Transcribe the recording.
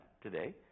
today